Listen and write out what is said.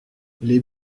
les